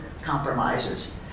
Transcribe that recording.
compromises